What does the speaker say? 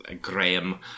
Graham